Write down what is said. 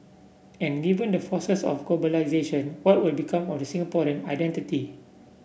and given the forces of globalisation what will become of the Singaporean identity